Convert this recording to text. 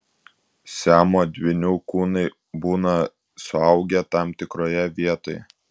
siamo dvynių kūnai būna suaugę tam tikroje vietoje